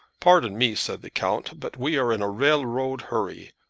pardon me, said the count, but we are in railroad hurry.